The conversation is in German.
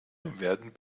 werden